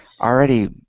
Already